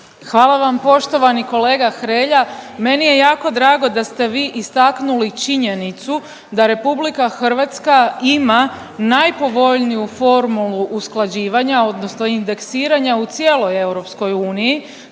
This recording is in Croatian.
Hvala vam poštovani kolega Hrelja. Meni je jako drago da ste vi istaknuli činjenicu da RH ima najpovoljniju formulu usklađivanja, odnosno indeksiranja u cijeloj EU,